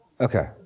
Okay